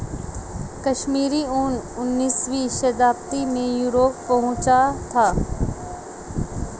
कश्मीरी ऊन उनीसवीं शताब्दी में यूरोप पहुंचा था